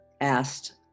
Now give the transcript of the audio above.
asked